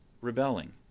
rebelling